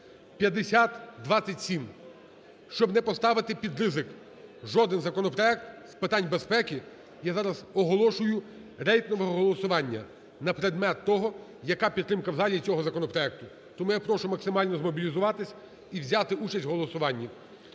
(5027). Щоб не поставити під ризик жоден законопроект з питань безпеки, я зараз оголошую рейтингове голосування на предмет того, яка підтримка в залі цього законопроекту. Тому я прошу максимально змобілізуватись і взяти участь в голосуванні.